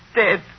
dead